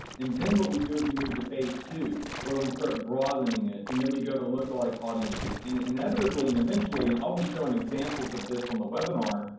and then what we do is we move to phase two where we start broadening it, and then we go to lookalike audiences. and inevitably and eventually, and i'll be showing examples of these on the webinar,